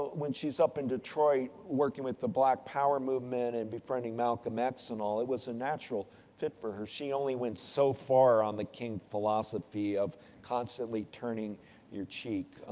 when she's up in detroit working with the black power movement and befriending malcolm x and all, it was a natural fit for her. she only went so far on the king philosophy of constantly turning your cheek.